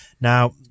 Now